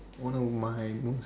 one of my